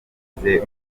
azize